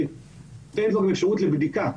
בהינתן אפשרות לבדיקה,